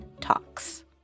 talks